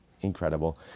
Incredible